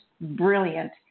brilliant